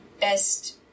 best